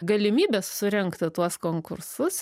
galimybės surengti tuos konkursus